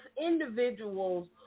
individuals